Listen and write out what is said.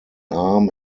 arm